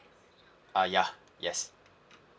uh ya yes